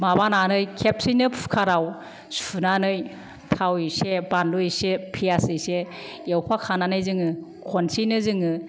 माबानानै खेबसेनो खुखाराव सुनानै थाव एसे बानलु एसे फ्यास एसे एवफाखानानै जोङो खनसेयैनो जोङो